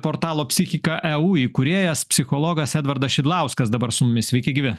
portalo psichika e u įkūrėjas psichologas edvardas šidlauskas dabar su mumis sveiki gyvi